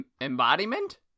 Embodiment